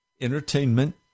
entertainment